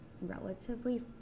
relatively